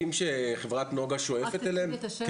שאלה,